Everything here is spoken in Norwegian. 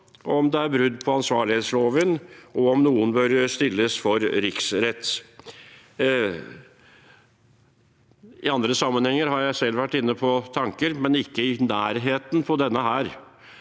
om det er brudd på ansvarlighetsloven, og om noen bør stilles for riksrett. I andre sammenhenger har jeg selv vært inne på tanken, men er ikke i nærheten i denne.